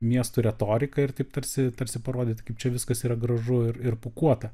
miestų retorika ir taip tarsi tarsi parodyti kaip čia viskas yra gražu ir ir pūkuota